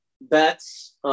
bets